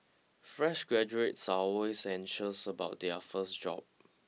fresh graduates are always anxious about their first job